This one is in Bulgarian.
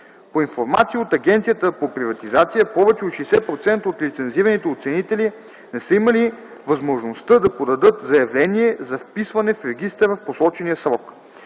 По информация от Агенцията по приватизация повече от 60% от лицензираните оценители не са имали възможността да подадат заявление за вписване в регистъра в посочения срок.